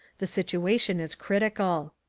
the situation is critical.